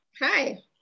Hi